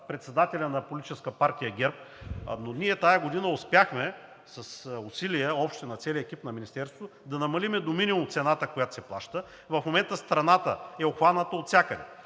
председателя на Политическа партия ГЕРБ, но ние тази година с общи усилия на целия екип на Министерството успяхме да намалим до минимум цената, която се плаща. В момента страната е обхваната отвсякъде,